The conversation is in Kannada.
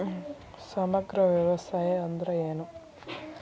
ಸಮಗ್ರ ವ್ಯವಸಾಯ ಅಂದ್ರ ಏನು?